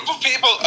people